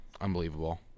unbelievable